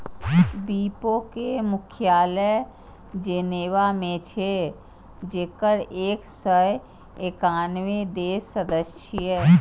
विपो के मुख्यालय जेनेवा मे छै, जेकर एक सय एकानबे देश सदस्य छियै